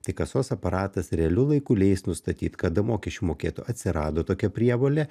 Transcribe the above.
tai kasos aparatas realiu laiku leis nustatyt kada mokesčių mokėtojui atsirado tokia prievolė